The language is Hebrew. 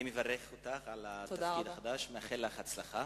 אני מברך אותך על התפקיד החדש ומאחל לך הצלחה.